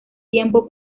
tiempo